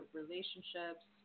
relationships